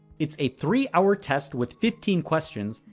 it's a three hour test, with fifteen questions,